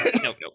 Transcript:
Nope